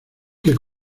que